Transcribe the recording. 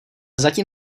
zatím